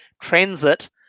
transit